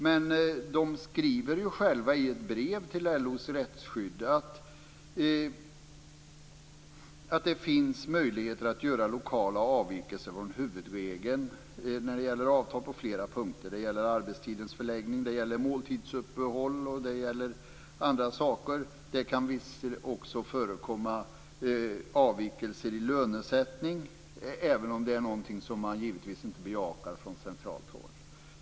Men de skriver ju själva i ett brev till LO:s rättsskydd att det finns möjligheter att göra lokala avvikelser från huvudregeln när det gäller avtal på flera punkter. Det gäller arbetstidens förläggning. Det gäller också måltidsuppehåll och andra saker. Det kan också förekomma avvikelser i lönesättning även om det är något som man givetvis inte bejakar från centralt håll.